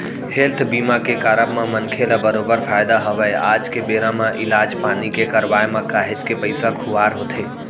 health बीमा के कारब म मनखे ल बरोबर फायदा हवय आज के बेरा म इलाज पानी के करवाय म काहेच के पइसा खुवार होथे